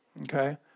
Okay